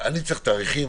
אני צריך תאריכים.